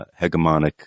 hegemonic